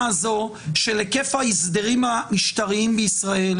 הזאת של היקף ההסדרים המשטריים בישראל,